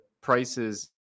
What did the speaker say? prices